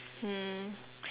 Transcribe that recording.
mm